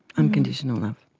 unconditional love.